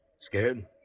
Scared